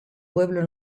pueblo